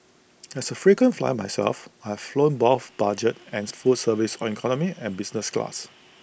as A frequent flyer myself I've flown both budget and full service on economy and business class